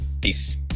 Peace